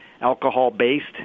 alcohol-based